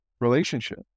relationship